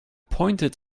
pointed